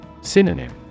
Synonym